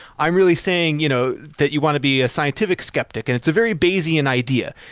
i'm really saying you know that you want to be a scientific skeptic and it's a very bayesian idea.